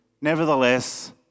nevertheless